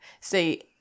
see